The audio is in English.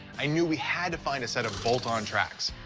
i knew we had to find a set of bolt-on tracks.